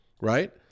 right